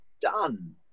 Done